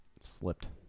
slipped